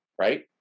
right